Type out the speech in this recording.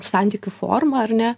santykių formą ar ne